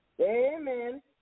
Amen